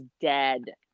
dead